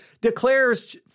declares